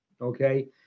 okay